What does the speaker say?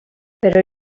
però